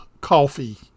coffee